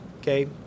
Okay